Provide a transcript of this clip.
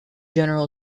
general